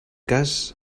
cas